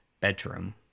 bedroom